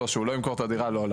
או שהוא לא ימכור את הדירה לעולם.